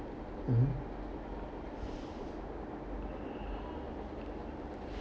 mmhmm